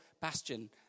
bastion